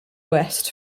west